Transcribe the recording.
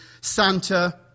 Santa